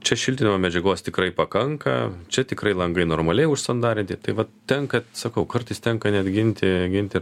čia šiltinimo medžiagos tikrai pakanka čia tikrai langai normaliai užsandarinti taip vat tenka sakau kartais tenka net ginti ginti